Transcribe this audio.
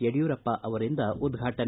ಯಡಿಯೂರಪ್ಪ ಅವರಿಂದ ಉದ್ಘಾಟನೆ